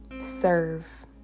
serve